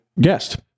guest